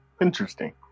interesting